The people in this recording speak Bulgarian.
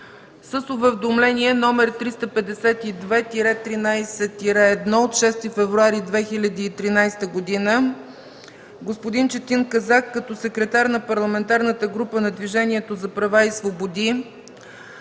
С Уведомление № 352-13-1 от 6 февруари 2013 г. господин Четин Казак като секретар на Парламентарната група на Движението за права и свободи